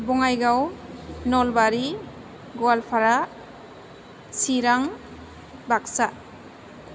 Bongaigaon Nalbari Goalpara Chirang Baksa